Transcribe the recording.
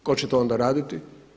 Tko će to onda raditi?